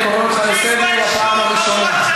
אני קורא אותך לסדר בפעם הראשונה.